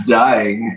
dying